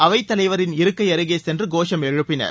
அவைத்தலைவரின் இருக்கை அருகே சென்று கோஷம் எழுப்பினர்